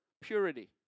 purity